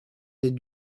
des